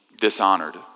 dishonored